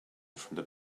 from